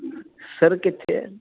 sir ਕਿੱਥੇ ਹੈ